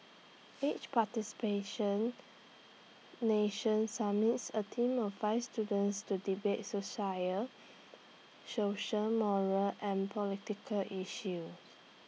each participation nation submits A team of five students to debate social moral and political issue